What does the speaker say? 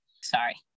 Sorry